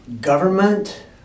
government